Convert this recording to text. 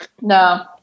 No